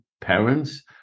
parents